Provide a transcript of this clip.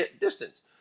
distance